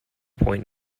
pointe